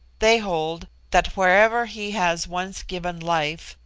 they hold that wherever he has once given life,